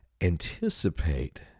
anticipate